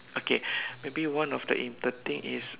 okay maybe one of the in the thing is